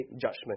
judgment